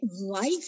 life